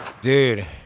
Dude